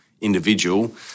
Individual